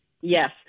Yes